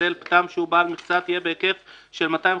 למגדל פטם שהוא בעל מכסה, תהיה בהיקף של 250,000